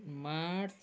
March